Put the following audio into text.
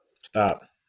Stop